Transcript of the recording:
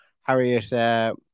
Harriet